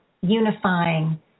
unifying